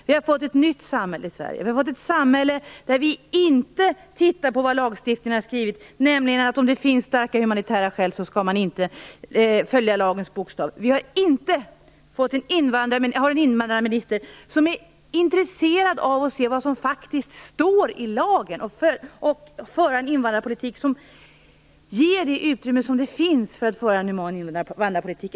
Vi har fått ett nytt samhälle i Sverige. Vi har fått ett samhälle där vi inte tittar på vad som står i lagstiftningen, nämligen att om det finns starka humanitära skäl så skall man inte följa lagens bokstav. Vi har inte en invandrarminister som är intresserad av att se vad som faktiskt står i lagen och av att föra en invandrarpolitik som ger det utrymme som finns att föra en human invandrarpolitik.